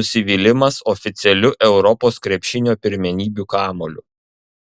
nusivylimas oficialiu europos krepšinio pirmenybių kamuoliu